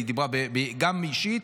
היא דיברה גם אישית,